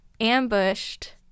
ambushed